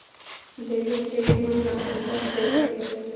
Debit credit मा का अंतर होत हे?